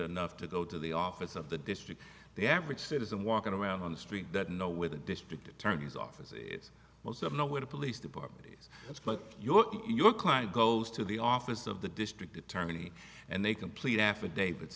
enough to go to the office of the district the average citizen walking around on the street that know where the district attorney's office is most of know where the police department is that's but you look at your client goes to the office of the district attorney and they complete affidavit